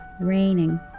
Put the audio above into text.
raining